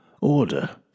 Order